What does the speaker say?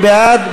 מי בעד?